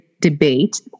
debate